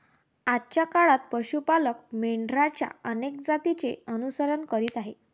आजच्या काळात पशु पालक मेंढरांच्या अनेक जातींचे अनुसरण करीत आहेत